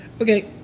Okay